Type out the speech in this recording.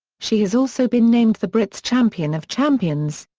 she has also been named the brits champion of champions.